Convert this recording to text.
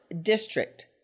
District